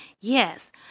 yes